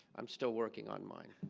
i'm still working on mine.